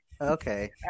Okay